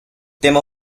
tema